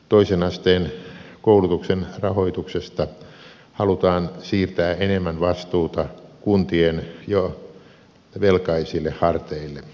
toisen asteen koulutuksen rahoituksesta halutaan siirtää enemmän vastuuta kuntien jo velkaisille harteille